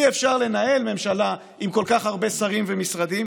אי-אפשר לנהל ממשלה עם כל כך הרבה שרים ומשרדים